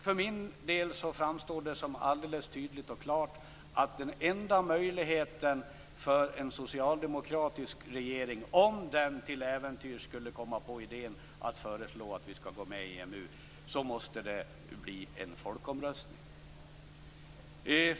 För min del framstår det som alldeles tydligt och klart att den enda möjligheten för en socialdemokratisk regering, om den till äventyrs skulle komma på idén att föreslå att vi skall gå med i EMU, är en folkomröstning.